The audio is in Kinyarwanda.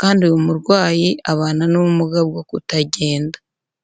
kandi uyu murwayi abana n'ubumuga bwo kutagenda.